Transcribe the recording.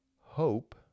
hope